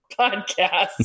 podcast